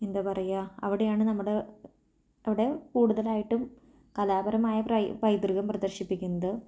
എന്താ പറയുക അവിടെയാണ് നമ്മുടെ അവിടെ കൂടുതലായിട്ടും കലാപരമായ പൈതൃകം പ്രദർശിപ്പിക്കുന്നത്